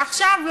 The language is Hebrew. ועכשיו,